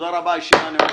תודה רבה.